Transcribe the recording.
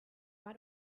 war